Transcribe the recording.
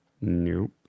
Nope